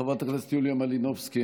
חברת הכנסת יוליה מלינובסקי,